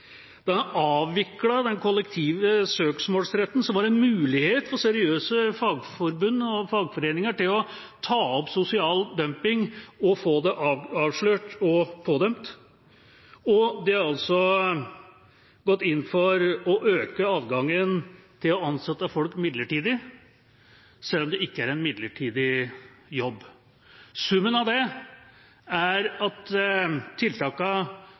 Den har avviklet den kollektive søksmålsretten, som var en mulighet for seriøse fagforbund og fagforeninger til å ta opp sosial dumping og få det avslørt og pådømt, og den har gått inn for å øke adgangen til å ansette folk midlertidig, selv om det ikke er en midlertidig jobb. Summen av dette er at